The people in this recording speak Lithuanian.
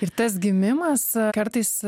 ir tas gimimas kartais